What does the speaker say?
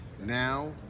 Now